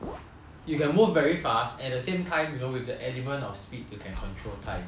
you can move very fast at the same time you know with the element of speed you can control time